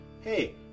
Hey